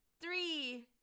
three